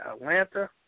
Atlanta